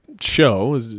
show